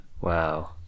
Wow